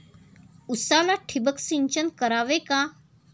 उसाला ठिबक सिंचन करावे का?